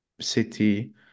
City